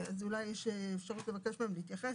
אז אולי יש אפשרות לבקש מהם להתייחס,